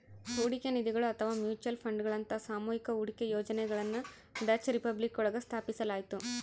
ಹೂಡಿಕೆ ನಿಧಿಗಳು ಅಥವಾ ಮ್ಯೂಚುಯಲ್ ಫಂಡ್ಗಳಂತಹ ಸಾಮೂಹಿಕ ಹೂಡಿಕೆ ಯೋಜನೆಗಳನ್ನ ಡಚ್ ರಿಪಬ್ಲಿಕ್ ಒಳಗ ಸ್ಥಾಪಿಸಲಾಯ್ತು